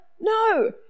No